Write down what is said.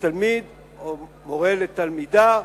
לתלמיד או מורֶה לתלמידה,